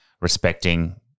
respecting